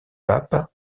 pape